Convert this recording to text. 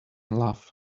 love